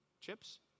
Chips